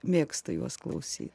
mėgstu juos klausyt